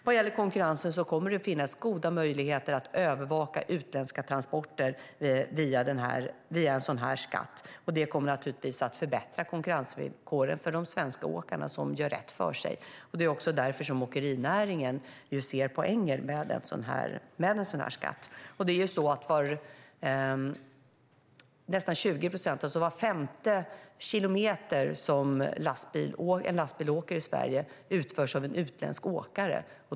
Vad gäller konkurrensen kommer det att finnas goda möjligheter att övervaka utländska transporter via en sådan skatt. Det kommer naturligtvis att förbättra konkurrensvillkoren för de svenska åkare som gör rätt för sig. Det är också därför som åkerinäringen ser poängen med en sådan skatt. Nästan 20 procent, var femte kilometer, som en lastbil åker i Sverige är en transport som utförs av en utländsk åkare.